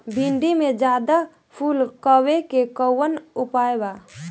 भिन्डी में ज्यादा फुल आवे के कौन उपाय बा?